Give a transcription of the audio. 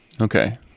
Okay